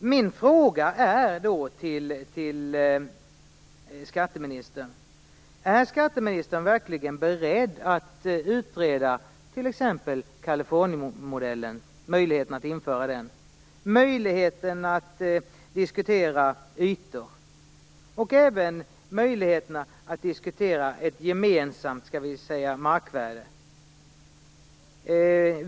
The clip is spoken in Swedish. Min fråga till skatteministern blir då: Är skatteministern verkligen beredd att utreda möjligheterna att införa t.ex. Californiamodellen, möjligheterna att diskutera ytor och även möjligheterna att diskutera ett gemensamt markvärde?